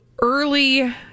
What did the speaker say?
early